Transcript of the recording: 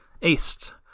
East